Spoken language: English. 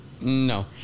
No